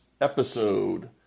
episode